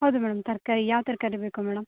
ಹೌದು ಮೇಡಮ್ ತರಕಾರಿ ಯಾವ ತರಕಾರಿ ಬೇಕು ಮೇಡಮ್